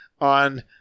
on